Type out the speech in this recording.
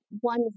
one